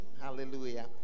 Hallelujah